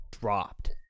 dropped